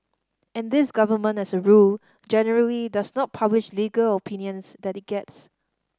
and this government as a rule generally does not publish legal opinions that it gets